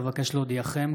אבקש להודיעכם,